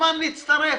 מוזמן להצטרף.